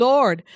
Lord